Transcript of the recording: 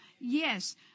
yes